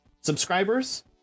subscribers